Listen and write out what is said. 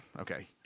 Okay